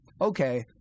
okay